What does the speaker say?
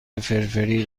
فرفری